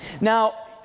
Now